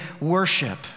worship